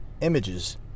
images